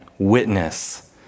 witness